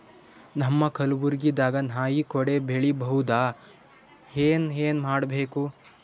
ನಮ್ಮ ಕಲಬುರ್ಗಿ ದಾಗ ನಾಯಿ ಕೊಡೆ ಬೆಳಿ ಬಹುದಾ, ಏನ ಏನ್ ಮಾಡಬೇಕು?